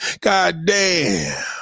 Goddamn